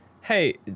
hey